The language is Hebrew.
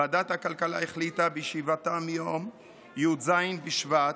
ועדת הכלכלה החליטה בישיבתה מיום י"ז בשבט,